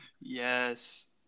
Yes